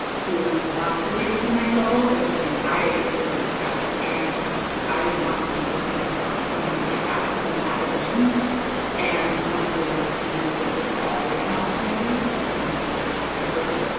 who wants to take it to the next level, is something i really respect and i want to be working for someone like that, someone who has a vision and someone who sees that there's always an opportunity to continually improve.